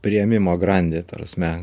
priėmimo grandį ta prasme